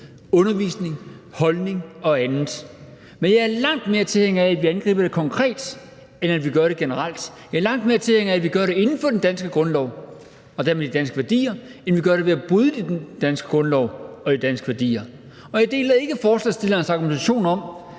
undervisning, holdning og andet. Men jeg er langt mere tilhænger af, at vi angriber det konkret, end at vi gør det generelt. Jeg er langt mere tilhænger af, at vi gør det inden for den danske grundlov og dermed de danske værdier, end af at vi gør det ved at bryde den danske grundlov og de danske værdier. Og jeg deler ikke forslagsstillernes argumentation om,